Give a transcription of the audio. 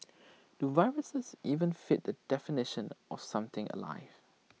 do viruses even fit the definition of something alive